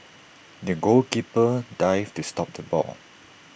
the goalkeeper dived to stop the ball